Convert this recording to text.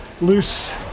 loose